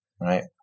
right